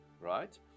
right